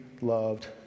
loved